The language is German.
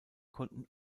konnten